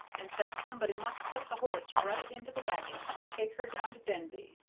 and said somebody must put the horse right into the wagon and take her down to denby.